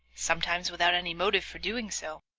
sometimes without any motive for doing so,